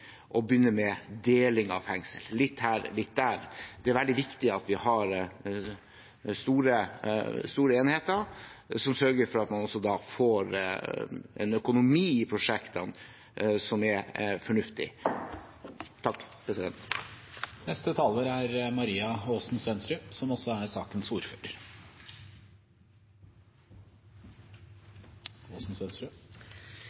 begynne med deling av fengsel: litt her og litt der. Det er veldig viktig at vi har store enheter, som sørger for at man får en økonomi i prosjektene som er fornuftig. Representanten Kaski utfordret meg. Jo, jeg synes det er